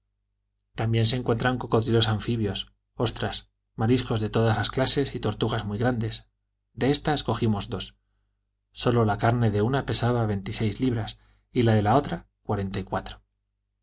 pigafetta llfi encuentran cocodrilos anfibios ostras mariscos de todas clases y tortugas muy grandes de éstas cogimos dos sólo la carne de una pesaba veintiséis libras y la de la otra cuarenta y cuatro